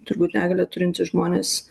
turbūt negalią turintys žmonės